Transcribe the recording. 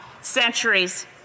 centuries